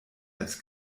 als